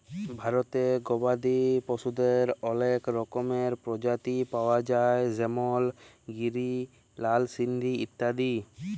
ভারতে গবাদি পশুদের অলেক রকমের প্রজাতি পায়া যায় যেমল গিরি, লাল সিন্ধি ইত্যাদি